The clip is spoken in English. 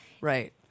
Right